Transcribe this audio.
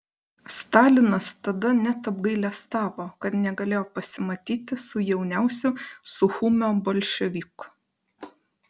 stalinas tada net apgailestavo kad negalėjo pasimatyti su jauniausiu suchumio bolševiku